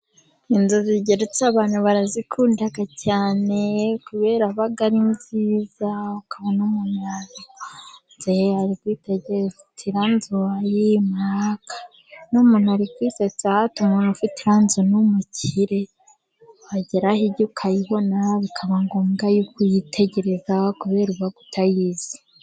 Inzu zigeretse, abantu barazikunda cyane kubera ko aba ari nziza. Ukabona umuntu yayikunze, kwitegereza ati: "Iriya nzu, uwayimpa." Ukabona umuntu ari kwisetsa ati: "Umuntu ufite iriya nzu ni umukire." Wagera hirya ukayibona, bikaba ngombwa yuko uyitegereza kubera uba utayizi.